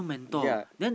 yea